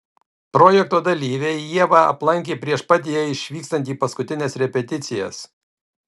projekto dalyviai ievą aplankė prieš pat jai išvykstant į paskutines repeticijas